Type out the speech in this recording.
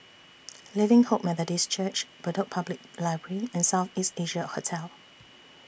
Living Hope Methodist Church Bedok Public Library and South East Asia Hotel